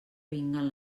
vinguen